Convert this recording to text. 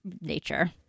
nature